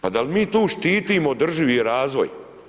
Pa da li mi tu štitimo održivi razvoj?